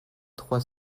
trois